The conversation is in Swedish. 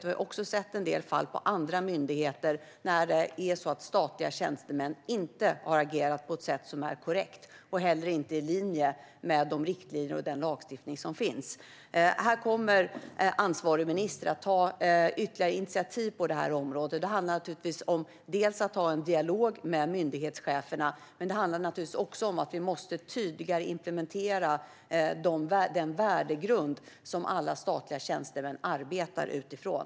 Vi har också sett en del fall på andra myndigheter när statliga tjänstemän har agerat på ett sätt som inte är korrekt och inte heller i linje med de riktlinjer och den lagstiftning som finns. Ansvarig minister kommer att ta ytterligare initiativ på detta område. Det handlar om att ha en dialog med myndighetscheferna. Det handlar också om att vi tydligare måste implementera den värdegrund som alla statliga tjänstemän arbetar utifrån.